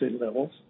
levels